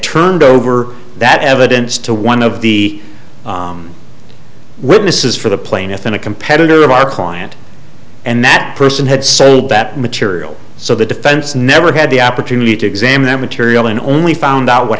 turned over that evidence to one of the witnesses for the plaintiff in a competitor of our client and that person had so bet material so the defense never had the opportunity to examine that material and only found out what